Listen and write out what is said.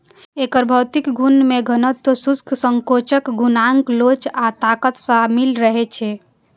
एकर भौतिक गुण मे घनत्व, शुष्क संकोचन गुणांक लोच आ ताकत शामिल रहै छै